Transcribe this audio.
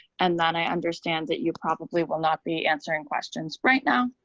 and then i understand that you probably will not be answering questions right now.